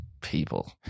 people